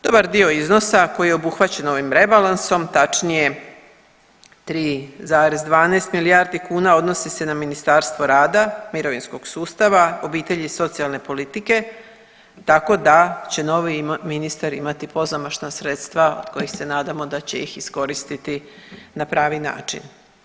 Dobar dio iznosa koji je obuhvaćen ovim rebalansom, tačnije 3,12 milijardi kuna, odnosi se na Ministarstvo rada i mirovinskog sustava, obitelji i socijalne politike, tako da će novi ministar imati pozamašna sredstva od kojih se nadamo da će ih iskoristiti na pravi način.